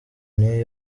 new